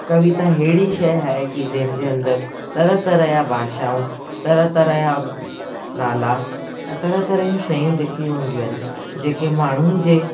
कविता अहिड़ी शइ आहे की जंहिंजे अंदरि तरह तरह जा भाषाऊं तरह तरह जा नाला ऐं तरह तरह जूं शयूं लिखियूं हूंदियूं आहिनि जेके माण्हुनि जे